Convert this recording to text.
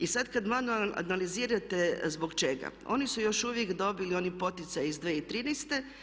I sada kada malo analizirate zbog čega, oni su još uvijek dobili onaj poticaj iz 2013.